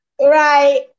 right